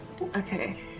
Okay